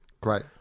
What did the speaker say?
Great